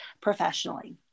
professionally